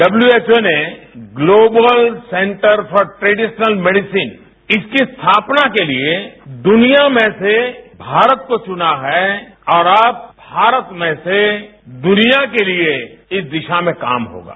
W H O ने global centre for traditional medicine इसकी स्थापना के लिए दुनिया में से भारत को चुना है और आप भारत में से दुनिया के लिए इस दिशा में काम हो रहा हैं